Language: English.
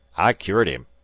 i cured him.